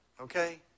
okay